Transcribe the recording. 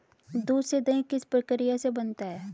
दूध से दही किस प्रक्रिया से बनता है?